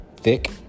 Thick